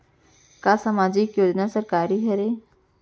का सामाजिक योजना सरकारी हरे?